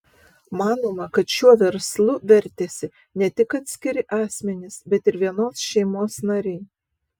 manoma kad šiuo verslu vertėsi ne tik atskiri asmenys bet ir vienos šeimos nariai